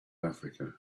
africa